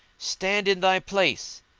stand in thy place.